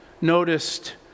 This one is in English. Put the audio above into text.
noticed